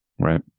Right